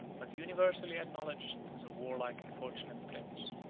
but universally acknowledged as a warlike and fortunate prince,